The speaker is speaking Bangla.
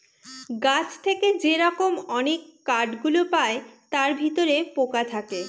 গাছ থেকে যে রকম অনেক কাঠ গুলো পায় তার ভিতরে পোকা থাকে